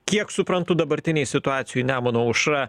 kiek suprantu dabartinėj situacijoj nemuno aušra